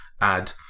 add